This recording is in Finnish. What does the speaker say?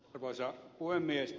arvoisa puhemies